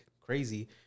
crazy